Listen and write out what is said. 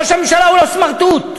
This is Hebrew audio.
ראש הממשלה הוא הסמרטוט,